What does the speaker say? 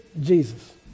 Jesus